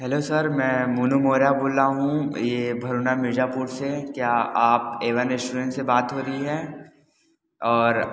hello sir मैं मोनू मौर्या बोल रहा हूँ ये भरूणा मिर्जापुर से क्या आप ए वन रेस्टोरेंट से बात हो रही है और